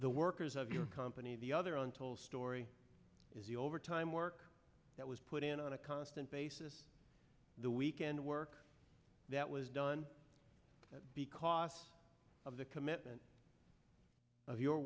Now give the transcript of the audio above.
the workers of your company the other untold story is the overtime work that was put in on a constant basis the weekend work that was done because of the commitment of your